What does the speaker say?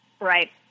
Right